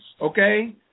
okay